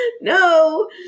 No